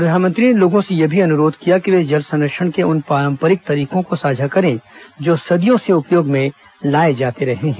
प्रधानमंत्री ने लोगों से यह अनुरोध भी किया कि वे जल संरक्षण के उन पारम्परिक तरीकों को साझा करें जो सदियों से उपयोग में लाए जाते रहे हैं